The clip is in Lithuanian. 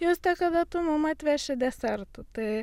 juste kada tu mum atveši desertų tai